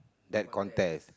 that contest